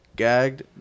Gagged